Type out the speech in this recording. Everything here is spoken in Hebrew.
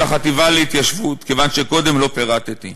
החטיבה להתיישבות כיוון שקודם לא פירטתי.